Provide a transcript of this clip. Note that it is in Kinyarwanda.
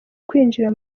kwinjira